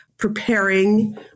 preparing